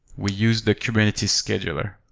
we use the kubernetes scheduler.